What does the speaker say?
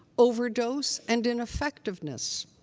overdose, and ineffectiveness.